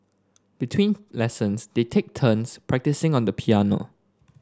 between lessons they take turns practising on the piano